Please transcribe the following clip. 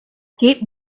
cape